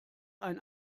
ein